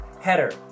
Header